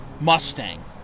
Mustang